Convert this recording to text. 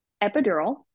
epidural